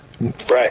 Right